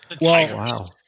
Wow